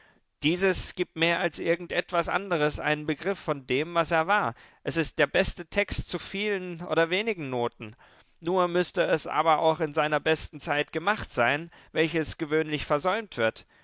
dieses gibt mehr als irgend etwas anders einen begriff von dem was er war es ist der beste text zu vielen oder wenigen noten nur müßte es aber auch in seiner besten zeit gemacht sein welches gewöhnlich versäumt wird